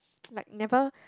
like never